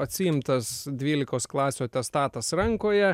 atsiimtas dvylikos klasių atestatas rankoje